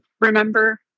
remember